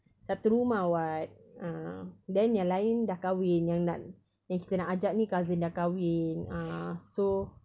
satu rumah [what] ah then yang lain dah kahwin yang da~ yang kita nak ajak ni cousin dah kahwin ah so